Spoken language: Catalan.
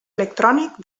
electrònic